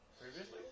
previously